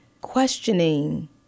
questioning